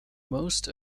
most